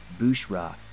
Bushra